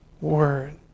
Word